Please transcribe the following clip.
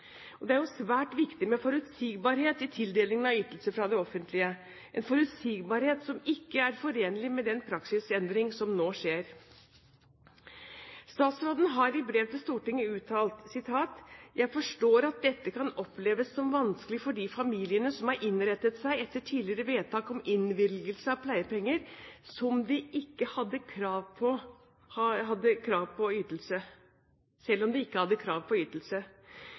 Det er svært viktig med forutsigbarhet i tildelingen av ytelser fra det offentlige, en forutsigbarhet som ikke er forenlig med den praksisendring som nå skjer. Statsråden har i brev til Stortinget uttalt: «Jeg forstår at dette kan oppleves som vanskelig for de familiene som har innrettet seg etter tidligere vedtak om innvilgelse av pleiepenger, selv om de ikke hadde krav på ytelsen.» Dette provoserer meg enormt. Den praksis som har vært etablert med å tildele pleiepenger til disse familiene, har, som jeg var inne på